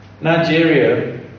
Nigeria